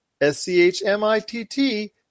s-c-h-m-i-t-t